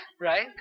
Right